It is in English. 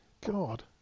God